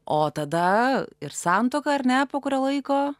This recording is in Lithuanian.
o tada ir santuoka ar ne po kurio laiko